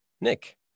Nick